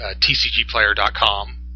TCGplayer.com